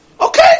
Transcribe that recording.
Okay